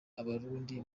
abarundi